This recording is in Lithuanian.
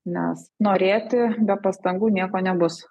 nes norėti be pastangų nieko nebus